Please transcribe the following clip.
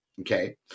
Okay